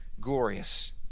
glorious